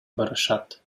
барышат